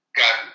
got